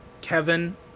Kevin